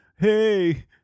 Hey